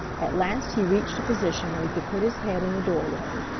at last he reached a position where he could put his head in the doorway.